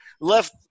left